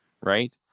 right